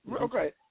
Okay